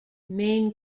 maine